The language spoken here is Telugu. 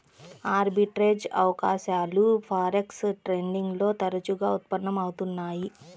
ఆర్బిట్రేజ్ అవకాశాలు ఫారెక్స్ ట్రేడింగ్ లో తరచుగా ఉత్పన్నం అవుతున్నయ్యి